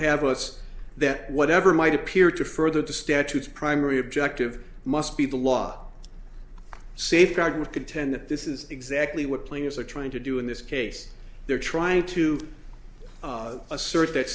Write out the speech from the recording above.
have us that whatever might appear to further the statutes primary objective must be the law safeguard would contend that this is exactly what players are trying to do in this case they're trying to assert that